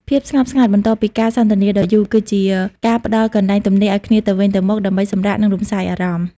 ភាពស្ងប់ស្ងាត់បន្ទាប់ពីការសន្ទនាដ៏យូរ គឺជាការផ្ដល់កន្លែងទំនេរឱ្យគ្នាទៅវិញទៅមកដើម្បីសម្រាក និងរំសាយអារម្មណ៍។